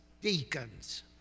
deacons